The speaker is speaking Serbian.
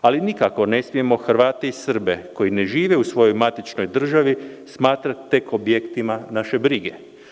Ali, nikako ne smjemo Hrvate i Srbe koji ne žive u svojoj matičnoj državi smatrati tek objektima naše brige.